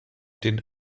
den